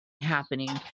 happening